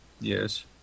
Yes